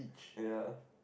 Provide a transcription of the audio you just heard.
they are